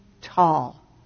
tall